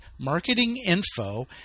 marketinginfo